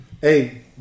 Hey